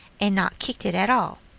and not kicked it at all.